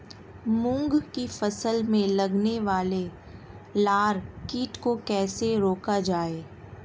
मूंग की फसल में लगने वाले लार कीट को कैसे रोका जाए?